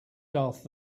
darth